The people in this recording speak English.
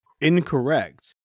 Incorrect